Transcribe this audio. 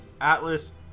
Atlas